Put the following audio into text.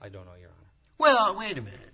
i don't know well wait a minute